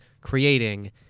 creating